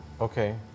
Okay